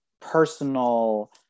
personal